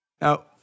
Now